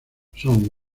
son